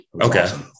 Okay